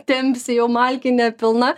tempsi jau malkinė pilna